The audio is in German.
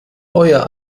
euer